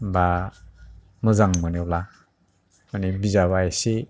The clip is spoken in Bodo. बा मोजां मोनोब्ला मानि बिजाबा एसे